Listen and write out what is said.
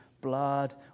blood